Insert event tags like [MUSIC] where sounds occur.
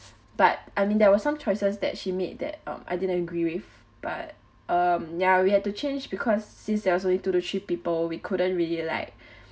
but I mean there was some choices that she made that um I didn't agree with but um ya we had to change because since there was only two to three people we couldn't really like [BREATH]